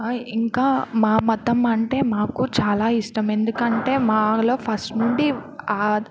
ఇంకా మా మతం అంటే మాకు చాలా ఇష్టం ఎందుకంటే మాలో ఫస్ట్ నుండి